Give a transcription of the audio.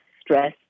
stress